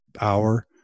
hour